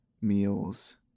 meals